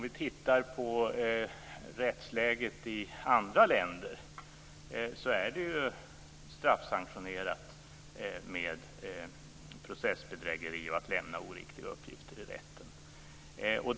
Vad gäller rättsläget i andra länder är det straffsanktionerat med processbedrägeri och att lämna oriktiga uppgifter i rätten.